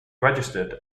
registered